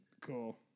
Cool